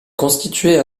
constituaient